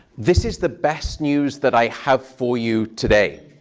this is the best news that i have for you today.